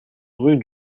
rue